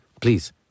please